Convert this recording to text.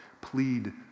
Plead